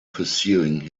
pursuing